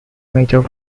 major